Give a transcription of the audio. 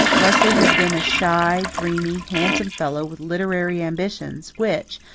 leslie had been a shy, dreamy, handsome fellow with literary ambitions, which,